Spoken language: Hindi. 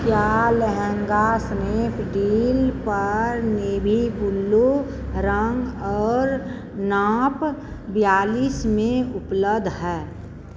क्या लहँगा स्नैपडील पर नेवी ब्ल्यू रंग और नाप बयालीस में उपलब्ध है